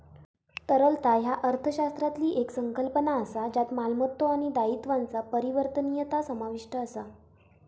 तरलता ह्या अर्थशास्त्रातली येक संकल्पना असा ज्यात मालमत्तो आणि दायित्वांचा परिवर्तनीयता समाविष्ट असा